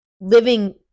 living